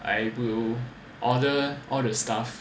I will order all the stuff